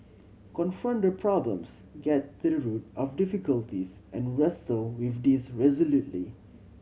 confront the problems get to the root of difficulties and wrestle with these resolutely